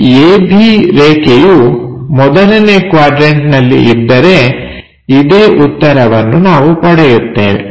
ಈ AB ರೇಖೆಯು ಮೊದಲನೇ ಕ್ವಾಡ್ರನ್ಟನಲ್ಲಿ ಇದ್ದರೆ ಇದೇ ಉತ್ತರವನ್ನು ನಾವು ಪಡೆಯುತ್ತೇವೆ